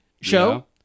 show